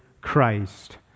Christ